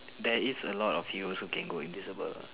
there is a lot of hero also can go invisible lah